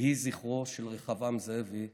יהי זכרו של רחבעם זאבי ברוך.